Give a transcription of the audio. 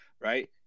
right